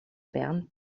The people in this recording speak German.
bern